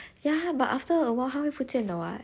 ya but after awhile 他们会不见的 [what]